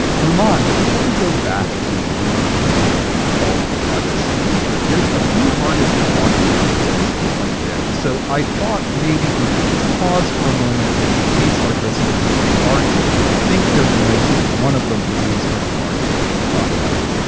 ruman, before we go back to your interview with paul and podgy so sapulpa, yeah there's a few artists you're talking about in this episode quite a bit. so i thought maybe we could just pause for a moment. and in case our listeners aren't or don't think they're familiar with one of them who looms kind of large, we we could talk about him.